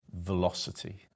velocity